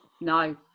no